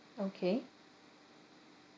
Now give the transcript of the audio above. okay